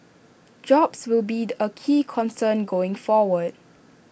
jobs will be A key concern going forward